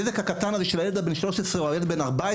הנזק הקטן של הילד בן ה- 13 או ה- 14,